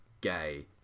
gay